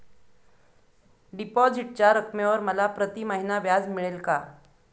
डिपॉझिटच्या रकमेवर मला प्रतिमहिना व्याज मिळेल का?